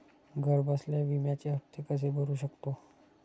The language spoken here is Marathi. घरबसल्या विम्याचे हफ्ते कसे भरू शकतो?